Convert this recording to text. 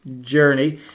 journey